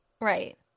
Right